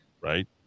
right